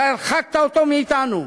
אלא הרחקת אותו מאתנו.